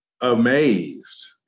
amazed